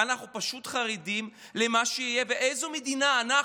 אנחנו פשוט חרדים למה שיהיה ואיזו מדינה אנחנו,